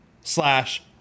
slash